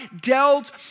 dealt